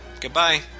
Goodbye